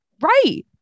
right